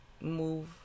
move